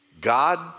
God